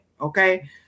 Okay